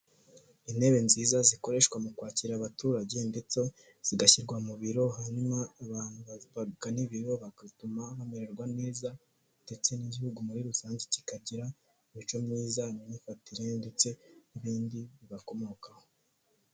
Intebe nziza zikoreshwa mu kwakira abaturage ndetse zigashyirwa mu biro, hanyuma abantu bagana ibiro bagatuma bamererwa neza ndetse n'igihugu muri rusange kikagira imico myiza, imyifatire ndetse n'ibindi bibakomokaho.